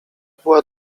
była